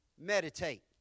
Meditate